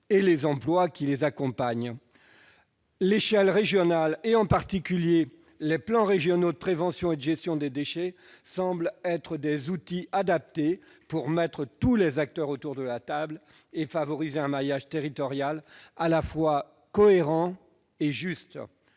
-et les emplois qui les accompagnent. L'échelle régionale, en particulier les plans régionaux de prévention et de gestion des déchets semblent être des outils adaptés pour réunir tous les acteurs autour de la table et favoriser un maillage territorial à la fois cohérent et juste